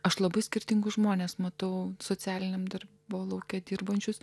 aš labai skirtingus žmones matau socialiniam dar buvo lauke dirbančius